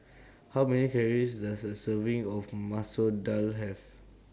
How Many Calories Does A Serving of Masoor Dal Have